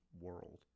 world